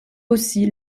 aussi